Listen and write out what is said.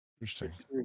Interesting